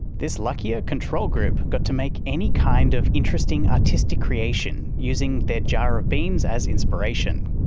this luckier control group got to make any kind of interesting artistic creation using their jar of beans as inspiration.